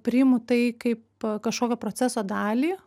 priimu tai kaip kažkokio proceso dalį